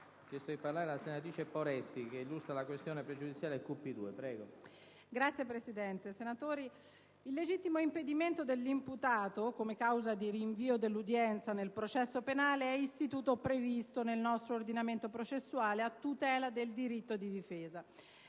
il legittimo impedimento dell'imputato come causa di rinvio dell'udienza nel processo penale è istituto previsto nel nostro ordinamento processuale a tutela del diritto di difesa.